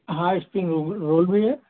हाँ spring roll roll भी है